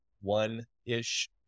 one-ish